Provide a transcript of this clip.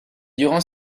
durant